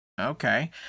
Okay